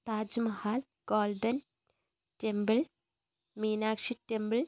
Taj Mahal golden temple Meenakshi temple